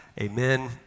Amen